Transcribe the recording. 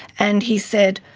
and he said,